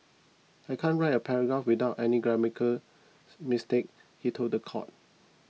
I can't write a paragraph without any grammatical mistake he told the court